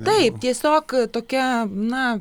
taip tiesiog tokia na